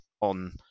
on